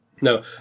no